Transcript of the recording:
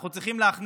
אנחנו צריכים להכניס